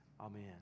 amen